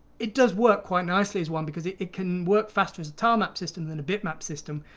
it does work quite nicely as one because it it can work faster as a tilemap system than a bitmap system,